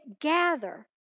gather